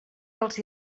dels